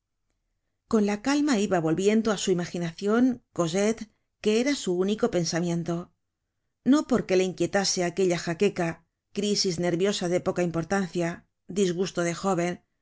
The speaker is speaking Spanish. con la calma iba volviendo á su imaginacion cosette que era su único pensamiento no porque le inquietase aquella jaqueca crisis nerviosa de poca importancia digusto de jóven nube